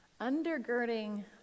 Undergirding